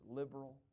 liberal